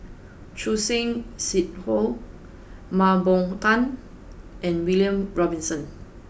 Choor Singh Sidhu Mah Bow Tan and William Robinson